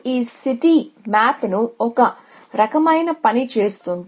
మొదటి లోతు శోధన అనేది బ్రాంచ్ మరియు బౌండ్ యొక్క ప్రత్యేక సందర్భం అన్ని ఎడ్జ్ కాస్ట్లు సమానంగా ఉంటాయి